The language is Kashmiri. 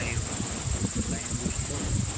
time time وٕچھۍتو